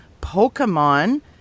Pokemon